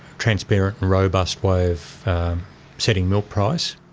transparent and robust way of setting milk price.